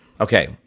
okay